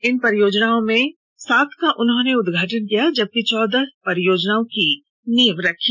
इन सडक परियोजनाओं में सात का उन्होंने उदघाटन किया जबकि चौदह परियोजनाओं की नींव रखी